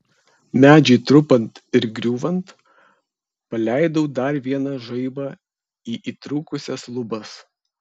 medžiui trupant ir griūvant paleidau dar vieną žaibą į įtrūkusias lubas